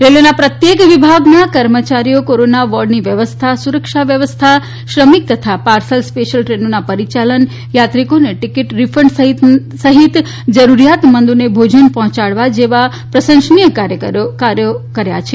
રેલવેના પ્રત્યેક વિભાગના કર્મચારીઓ કોરોના વોર્ડની વ્યવસ્થા સરુક્ષા વ્યવસ્થા શ્રમીક તથા પાર્સલ સ્પેશિયલ દ્રેનોના પરીયાલન યાત્રીકોને ટીકીટ રીફંડ સહીત જરૂરીયાત મંદોને ભોજન પહોચાડવા જેવુ પ્રશંસનીય કાર્થ પણ કર્યુ છે